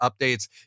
updates